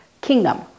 kingdom